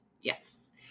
yes